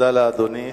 תודה לאדוני.